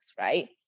right